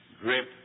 grip